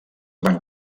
van